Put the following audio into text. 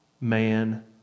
man